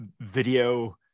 video